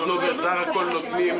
אנחנו בסך הכול נותנים